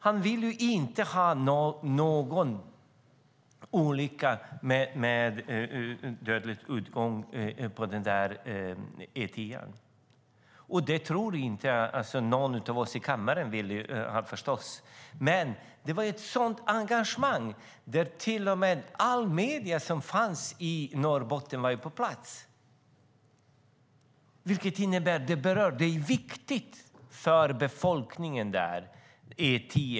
Han vill inte ha någon olycka med dödlig utgång på E10:an. Det tror jag förstås inte att någon av oss här i kammaren heller vill, men det var ett sådant engagemang där. Alla medier som finns i Norrbotten var på plats, vilket innebär att det här är viktigt för befolkningen där.